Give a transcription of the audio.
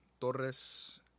Torres